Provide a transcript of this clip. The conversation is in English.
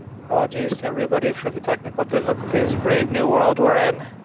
apologies to everybody for the technical difficulties. brave new world we're in.